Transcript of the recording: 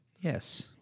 Yes